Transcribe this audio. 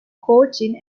coaching